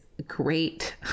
great